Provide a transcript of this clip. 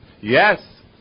Yes